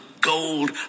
gold